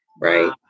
right